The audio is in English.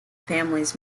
families